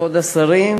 כבוד השר,